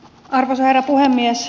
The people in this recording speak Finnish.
arvoisa herra puhemies